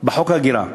בחוק ההגירה,